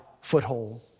Foothold